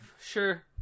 Sure